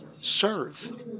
serve